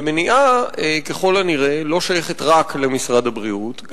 ומניעה ככל הנראה לא שייכת רק למשרד הבריאות,